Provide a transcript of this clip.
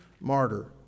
martyr